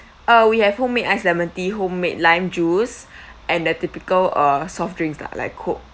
uh we have homemade iced lemon tea homemade lime juice and the typical uh soft drinks lah like coke